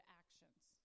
actions